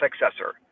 successor